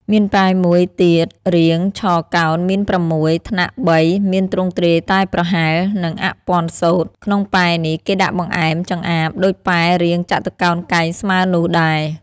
មានពែមួយទៀតរាងឆកោណ មាន ៦ ថ្នាក់3 មានទ្រង់ទ្រាយតែប្រហែល នឹងអាក់ព័ទ្ធសូត្រ ក្នុងពែនេះ គេដាក់បង្អែម-ចម្អាប ដូចពែរាងចតុកោណកែងស្មើនោះដែរ ។